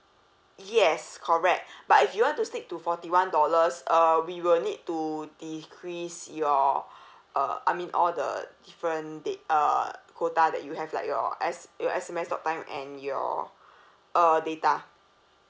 yes correct but if you want to stick to forty one dollars uh we will need to decrease your uh I mean all the different date uh quota that you have like your S your S_M_S talk time and your uh data